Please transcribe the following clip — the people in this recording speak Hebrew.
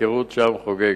וההפקרות שם חוגגת.